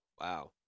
Wow